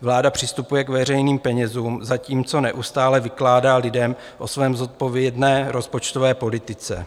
vláda přistupuje k veřejným penězům, zatímco neustále vykládá lidem o své zodpovědné rozpočtové politice.